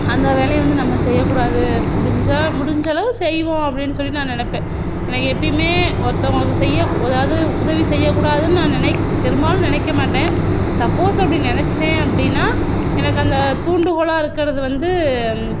அந்த வேலையை வந்து நம்ம செய்யக்கூடாது முடிஞ்சால் முடிஞ்ச அளவுக்கு செய்வோம் அப்படின்னு நான் நினைப்பேன் எனக்கு எப்பவுமே ஒருத்தவங்களுக்கு செய்ய அதாவது உதவி செய்யக்கூடாதுன்னு நான் நினைக் பெரும்பாலும் நினைக்க மாட்டேன் சப்போஸ் அப்படி நினைச்சேன் அப்படின்னா எனக்கு அந்த துாண்டு கோலாக இருக்கிறது வந்து